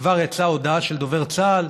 כבר יצאה ההודעה של דובר צה"ל: